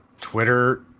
Twitter